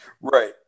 right